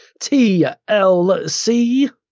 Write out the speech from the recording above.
TLC